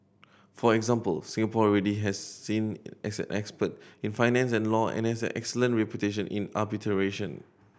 for example Singapore already has seen as an expert in finance and law and has an excellent reputation in arbitration